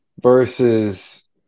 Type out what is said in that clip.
versus